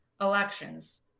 elections